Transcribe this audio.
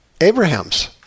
Abraham's